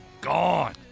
Gone